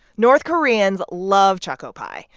north koreans love choco pie.